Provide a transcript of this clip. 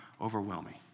overwhelming